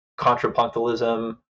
contrapuntalism